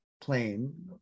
plane